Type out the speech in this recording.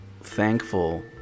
thankful